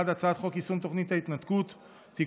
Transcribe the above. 1. הצעת חוק יישום תוכנית ההתנתקות (תיקון,